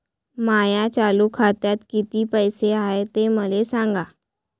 माया चालू खात्यात किती पैसे हाय ते मले सांगा